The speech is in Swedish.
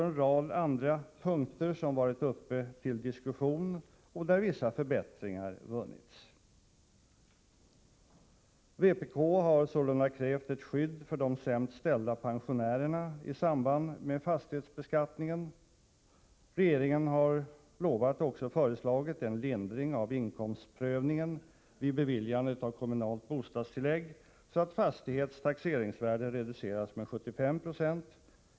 En rad andra punkter har varit uppe till diskussion, och också där har vissa förbättringar vunnits. Vpk har krävt ett skydd för de sämst ställda pensionärerna i samband med diskussionerna om fastighetsbeskattningen. Regeringen har utlovat, och också föreslagit, en lindring av inkomstprövningen vid beviljandet av kommunalt bostadstillägg så att fastighetstaxeringsvärdet reduceras med 75 Ze.